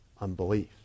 unbelief